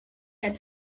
had